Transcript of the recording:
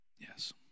Yes